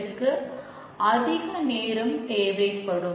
இதற்கு அதிக நேரம் தேவைப்படும்